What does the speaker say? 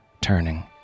turning